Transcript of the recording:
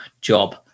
job